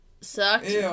sucked